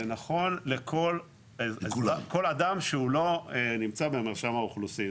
זה נכון לכל אדם שהוא לא נמצא במרשם האוכלוסין,